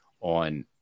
on